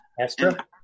Astra